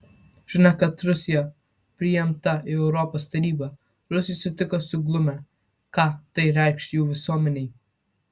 žinią kad rusija priimta į europos tarybą rusai sutiko suglumę ką tai reikš jų visuomenei